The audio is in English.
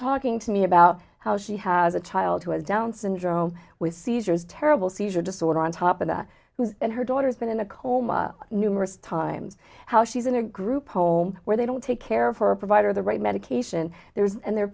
talking to me about how she has a child who has down's syndrome with seizures terrible seizure disorder on top of that who and her daughter's been in a coma numerous times how she's in a group home where they don't take care of her provider the right medication there and they're